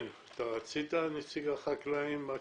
רצית, נציג החקלאים מהקיבוצים?